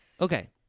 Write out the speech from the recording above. Okay